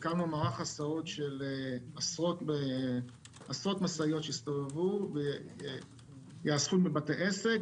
הקמנו מערך הסעות של עשרות משאיות שיסתובבו ויאספו מבתי עסק.